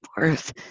worth